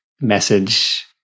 message